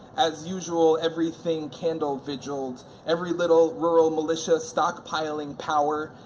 as usual, everything candled-vigiled, every little rural militia stockpiling power,